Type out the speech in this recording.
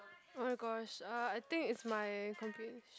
oh-my-gosh uh I think is my compu~